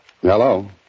Hello